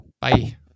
bye